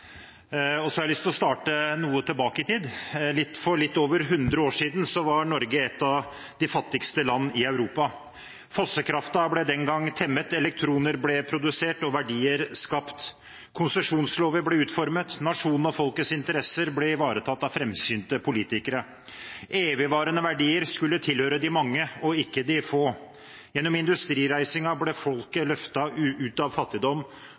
budsjettbehandlingen. Så har jeg lyst til å starte noe tilbake i tid. For litt over hundre år siden var Norge et av de fattigste land i Europa. Fossekraften ble den gang temmet, elektroner ble produsert og verdier skapt. Konsesjonslover ble utformet, nasjonens og folkets interesser ble ivaretatt av framsynte politikere. Evigvarende verdier skulle tilhøre de mange og ikke de få. Gjennom industrireisingen ble folket løftet ut av fattigdom,